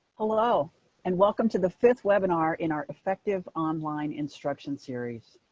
hello and welcome to the fifth webinar in our effective online instruction series.